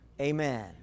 amen